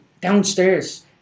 Downstairs